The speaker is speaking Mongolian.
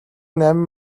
найман